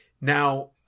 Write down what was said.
Now